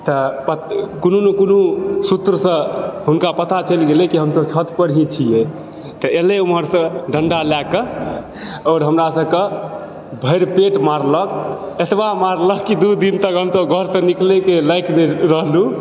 तऽ प कोनो ने कोनो सूत्रसँ हुनका पता चलि गेलै कि हमसभ छत पर ही छिऐ तऽ एलै उम्हरसँ डन्डा लए कऽ आओर हमरा सभकेँ भरि पेट मारलक एतबा मारलक कि दू दिन तक हमसभ घरसँ निकलैत नहि राति भरि रहलहुँ